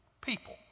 people